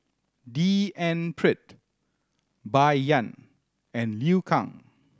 D N Pritt Bai Yan and Liu Kang